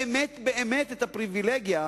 באמת באמת הפריווילגיה,